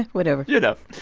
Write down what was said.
whatever you know.